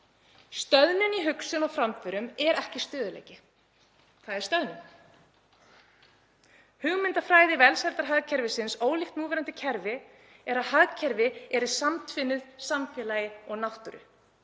Stöðnun í hugsun og framförum er ekki stöðugleiki. Það er stöðnun. Hugmyndafræði velsældarhagkerfisins, ólíkt núverandi kerfi, er að hagkerfi eru samtvinnuð samfélagi og náttúru.